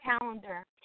calendar